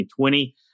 2020